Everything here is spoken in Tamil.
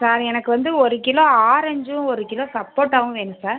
சார் எனக்கு வந்து ஒரு கிலோ ஆரஞ்சும் ஒரு கிலோ சப்போட்டாவும் வேணும் சார்